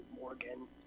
Morgan